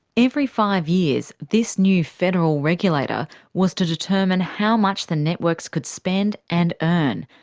every five years, this new federal regulator was to determine how much the networks could spend and earn,